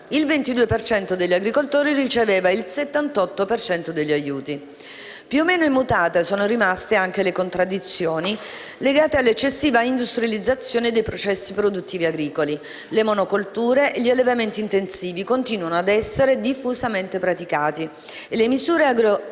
cento degli agricoltori riceveva il 78 per cento degli aiuti. Più o meno immutate sono rimaste anche le contraddizioni legate all'eccessiva industrializzazione dei processi produttivi agricoli: le monocolture e gli allevamenti intensivi continuano ad essere diffusamente praticati e le misure agroambientali